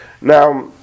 Now